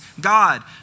God